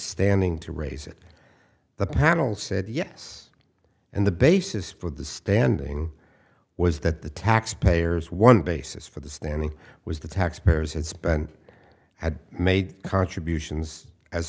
standing to raise it the panel said yes and the basis for the standing was that the taxpayers one basis for the standing was the taxpayers and spend had made contributions as